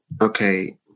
okay